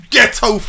ghetto